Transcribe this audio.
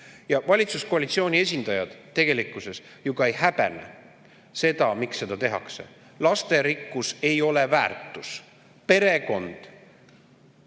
Valitsuskoalitsiooni esindajad tegelikkuses ju ka ei häbene seda, miks seda tehakse. Lasterikkus ei ole väärtus. Perekond,